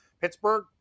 Pittsburgh